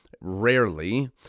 rarely